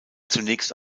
zunächst